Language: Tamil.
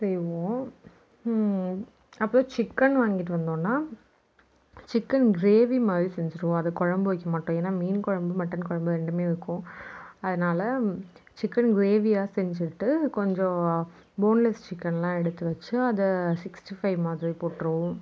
செய்வோம் அப்புறம் சிக்கன் வாங்கிட்டு வந்தோம்னா சிக்கன் கிரேவி மாதிரி செஞ்சிடுவோம் அதை குழம்பு வைக்க மாட்டோம் ஏன்னா மீன் குழம்பு மட்டன் குழம்பு ரெண்டுமே இருக்கும் அதனால் சிக்கன் கிரேவியாக செஞ்சிட்டு கொஞ்சம் போன்லெஸ் சிக்கன்லாம் எடுத்து வச்சு அதை சிக்ஸ்ட்டி ஃபைவ் மாதிரி போட்டிருவோம்